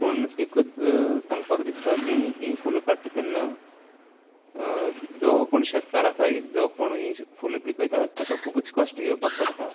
पूण एकच सांगपाक दिसता की ही फुलां काडटा तेन्ना जो कोण शेतकार आसा ही जो कोण ही फुलां पिकयता ताका खूबच कश्ट घेवपाक पडटा